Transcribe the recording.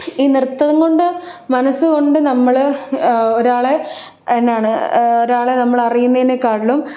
ഈ നൃത്തം കൊണ്ട് മനസ്സുകൊണ്ട് നമ്മൾ ഒരാളെ എന്നാണ് ഒരാളെ നമ്മൾ അറിയുന്നതിനെക്കാളും